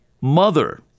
mother